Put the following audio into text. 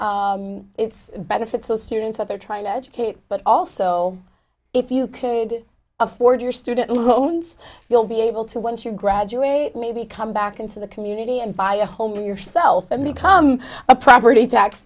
it's benefits so serious that they're trying to educate but also if you can afford your student loans you'll be able to once you graduate maybe come back into the community and buy a whole new yourself and become a property tax